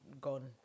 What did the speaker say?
Gone